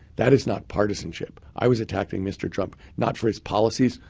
that is not partisanship. i was attacking mr. trump not for his policies,